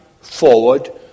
forward